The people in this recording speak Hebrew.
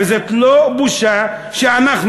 וזאת לא בושה שאנחנו,